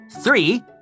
three